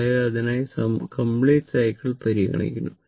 അതായതു അതിനായി complete cycle പരിഗണിക്കണം